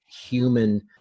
human